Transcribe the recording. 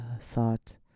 thought